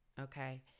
Okay